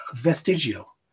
vestigial